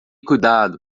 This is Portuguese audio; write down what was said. cuidado